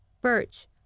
Birch